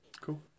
Cool